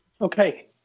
okay